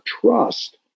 trust